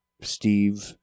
Steve